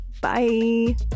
Bye